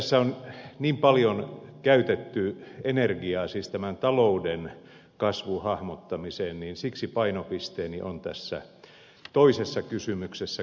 tässä on paljon käytetty energiaa tämän talouden kasvun hahmottamiseen siksi painopisteeni on tässä toisessa kysymyksessä